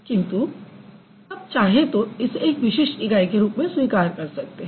किन्तु तब चाहें तो इसे एक विशिष्ट इकाई के रूप में स्वीकार कर सकते हैं